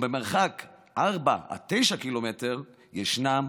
במרחק 4 9 ק"מ ישנם,